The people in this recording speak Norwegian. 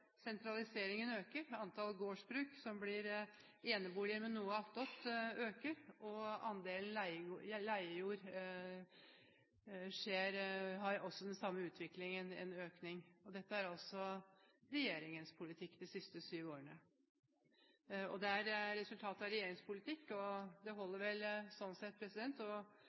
sentraliseringen øker, antall gårdsbruk som blir eneboliger med noe attåt, øker, og andelen leiejord har den samme utviklingen – en økning. Dette er altså regjeringens politikk de siste syv årene. Dette er et resultat av regjeringens politikk, og sånn sett